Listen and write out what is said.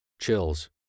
chills